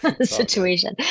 situation